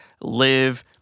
live